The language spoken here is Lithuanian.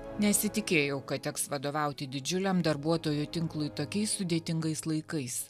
nesitikėjau kad teks vadovauti didžiuliam darbuotojų tinklui tokiais sudėtingais laikais